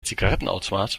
zigarettenautomat